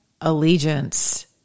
allegiance